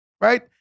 right